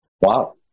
Wow